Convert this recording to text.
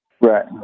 right